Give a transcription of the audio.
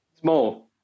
small